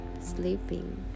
sleeping